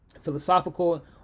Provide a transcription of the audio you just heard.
philosophical